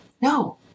no